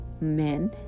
men